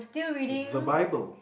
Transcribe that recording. the bible